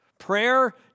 Prayer